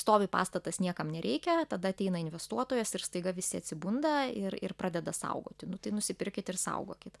stovi pastatas niekam nereikia tada ateina investuotojas ir staiga visi atsibunda ir ir pradeda saugoti nu tai nusipirkit ir saugokit